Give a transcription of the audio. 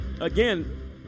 Again